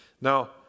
Now